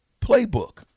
playbook